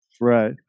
right